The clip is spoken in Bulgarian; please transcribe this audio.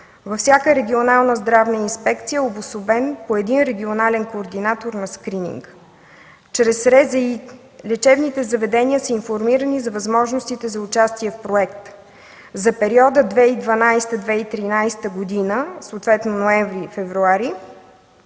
Във всяка регионална здравна инспекция е обособен по един регионален координатор на скрининга. Чрез РЗИ лечебните заведения са информирани за възможностите за участие в проекта. За периода 2012-2013 г., съответно месеците ноември-февруари,